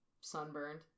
sunburned